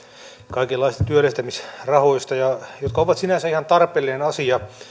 kaikenlaisista työllistämisrahoista jotka ovat sinänsä ihan tarpeellinen asia